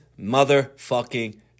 motherfucking